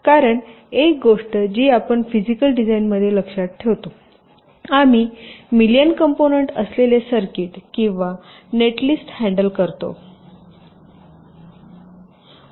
कारण एक गोष्ट जी आपण फिजिकल डिझाइन मध्ये लक्षात ठेवतो आम्ही मिलियन कंपोनंन्ट असलेले सर्किट किंवा नेटलिस्ट हँडल करत आहोत